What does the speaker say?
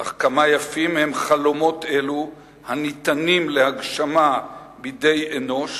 אך כמה יפים הם חלומות אלו הניתנים להגשמה בידי אנוש,